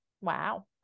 Wow